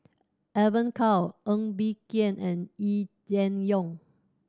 Evon Kow Ng Bee Kia and Yee Jenn Jong